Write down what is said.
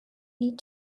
need